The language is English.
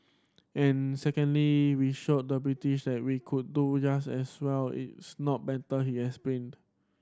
and secondly we showed the British that we could do just as well it's not better he explained